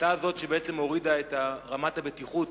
ההחלטה הזאת, שבעצם הורידה את דירוג רמת הבטיחות